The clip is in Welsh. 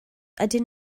ydyn